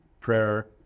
prayer